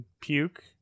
puke